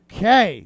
Okay